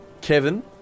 Kevin